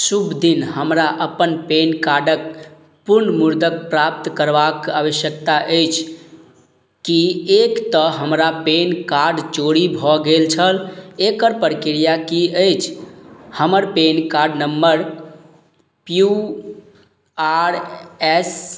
शुभ दिन हमरा अपन पैन कार्डके पुनर्मुद्रक प्राप्त करबाक आवश्यकता अछि किएक तऽ हमरा पैन कार्ड चोरी भऽ गेल छल एकर प्रक्रिया कि अछि हमर PAN card number P U R S